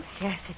Yes